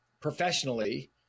professionally